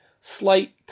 slight